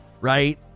right